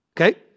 Okay